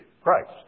Christ